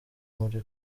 muri